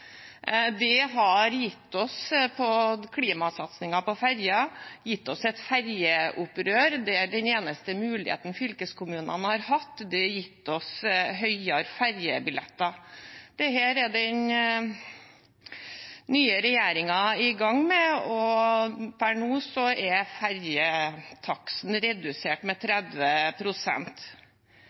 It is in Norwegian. Det har gitt oss klimasatsingen på ferjer, og det har gitt oss et ferjeopprør der den eneste muligheten fylkeskommunene har hatt, er høyere ferjebillettpriser. Dette er den nye regjeringen i gang med, og per nå er ferjetaksten redusert med